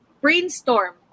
brainstorm